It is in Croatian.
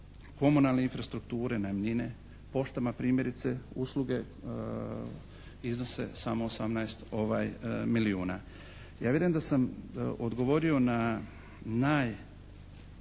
komunalne infrastrukture, najamnine, poštama primjerice usluge iznose samo 18 milijuna. Ja vjerujem da sam odgovorio na najbitnija